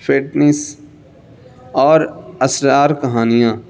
fitness اور اسرار کہانیاں